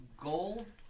gold